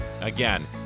Again